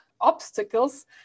obstacles